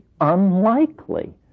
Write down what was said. unlikely